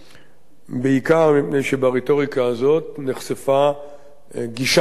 בעיקר מפני שברטוריקה הזאת נחשפה גישת היסוד,